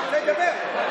אה, לדבר.